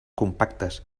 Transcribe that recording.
compactes